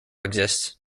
exists